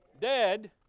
dead